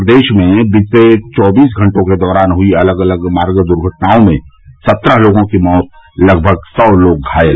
प्रदेश में बीते चौबीस घंटों के दौरान हुई अलग अलग मार्ग दुर्घटनाओं में सत्रह लोगों की मौत लगभग सौ लोग घायल